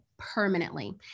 permanently